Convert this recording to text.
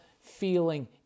feeling